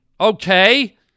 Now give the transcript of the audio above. Okay